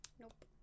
Nope